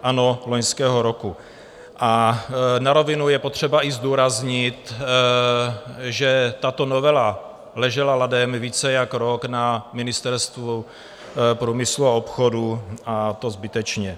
Ano, loňského roku, a na rovinu je potřeba i zdůraznit, že tato novela ležela ladem více jak rok na Ministerstvu průmyslu a obchodu, a to zbytečně.